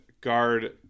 guard